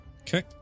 Okay